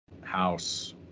house